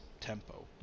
tempo